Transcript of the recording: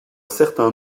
certain